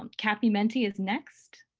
um kathy mintie is next.